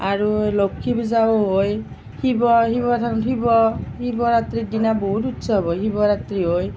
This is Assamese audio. আৰু লক্ষী পূজাও হয় শিৱৰাত্ৰিৰ দিনা বহুত উৎসৱ হয় শিৱৰাত্ৰি হয়